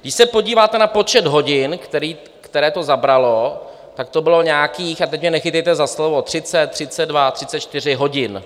Když se podíváte na počet hodin, které to zabralo, tak to bylo nějakých, a teď mě nechytejte za slovo, třicet, třicet dva, třicet čtyři hodin.